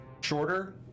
shorter